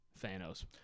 Thanos